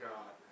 God